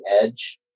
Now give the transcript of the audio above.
edge